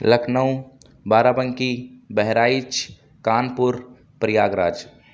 Lucknow Barabanki Bahraich Kanpur Prayag Raj